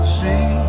see